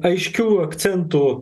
aiškių akcentų